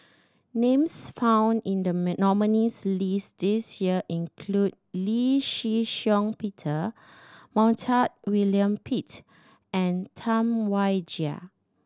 names found in the nominees' list this year include Lee Shih Shiong Peter Montague William Pett and Tam Wai Jia